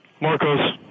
Marco's